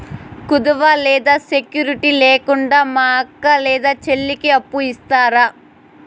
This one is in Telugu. కుదువ లేదా సెక్యూరిటి లేకుండా మా అక్క లేదా చెల్లికి అప్పు ఇస్తారా?